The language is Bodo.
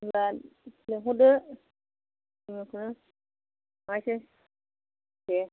होनबा लिंहरदो जों बेखौनो थांनोसै देह